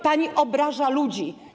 Pani obraża ludzi.